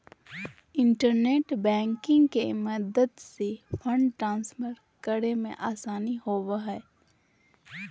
internet banking के मदद से फंड ट्रांसफर करे मे आसानी होवो हय